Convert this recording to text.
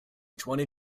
twenty